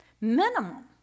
minimum